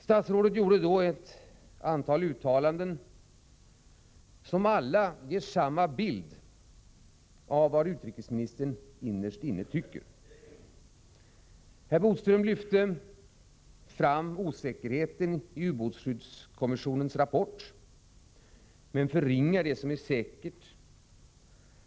Statsrådet gjorde då ett antal uttalanden, som alla ger samma bild av vad utrikesministern innerst inne tycker. Herr Bodström lyfter fram osäkerheten i ubåtsskyddskommissionens rapport, men förringar det som är säkert.